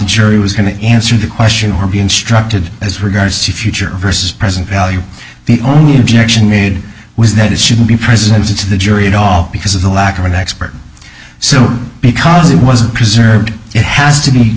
jury was going to answer the question or be instructed as regards to future versus present value the only objection made was that it shouldn't be presidency to the jury at all because of the lack of an expert so because it wasn't preserved it has to